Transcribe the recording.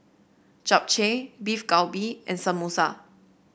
Japchae Beef Galbi and Samosa